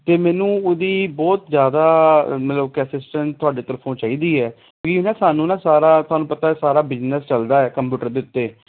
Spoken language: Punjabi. ਅਤੇ ਮੈਨੂੰ ਓਹਦੀ ਬਹੁਤ ਜ਼ਿਆਦਾ ਮਤਲਬ ਕਿ ਅਸਿਸਟੈਂਸ ਤੁਹਾਡੇ ਤਰਫੋਂ ਚਾਹੀਦੀ ਹੈ ਵੀ ਸਾਨੂੰ ਨਾ ਸਾਰਾ ਤੁਹਾਨੂੰ ਪਤਾ ਸਾਰਾ ਬਿਜ਼ਨੈੱਸ ਚੱਲਦਾ ਹੈ ਕੰਪਿਊਟਰ ਦੇ ਉੱਤੇ